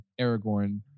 Aragorn